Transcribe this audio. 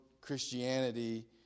Christianity